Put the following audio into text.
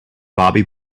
bobby